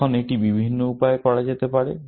এখন এটি বিভিন্ন উপায়ে করা যেতে পারে